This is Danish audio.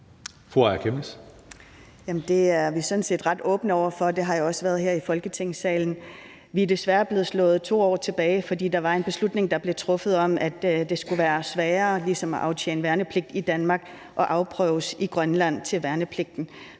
Det er vi sådan set ret åbne over for, og det har jeg også været her i Folketingssalen. Vi er desværre blevet slået 2 år tilbage, for der var en beslutning, der blev truffet, om, at det skulle være sværere ligesom at aftjene værnepligt i Danmark og blive afprøvet i Grønland til værnepligten.